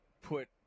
put